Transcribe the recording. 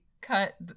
cut